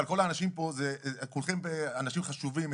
כל האנשים פה הם אנשים חשובים,